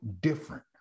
different